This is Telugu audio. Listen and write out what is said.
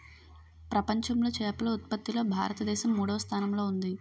ప్రపంచంలో చేపల ఉత్పత్తిలో భారతదేశం మూడవ స్థానంలో ఉంది